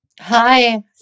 Hi